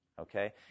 Okay